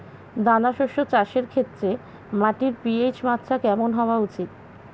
দানা শস্য চাষের ক্ষেত্রে মাটির পি.এইচ মাত্রা কেমন হওয়া উচিৎ?